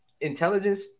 intelligence